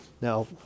Now